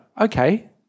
Okay